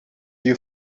you